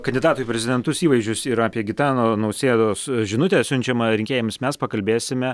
kandidatų į prezidentus įvaizdžius ir apie gitano nausėdos žinutę siunčiamą rinkėjams mes pakalbėsime